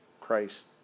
christ